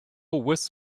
with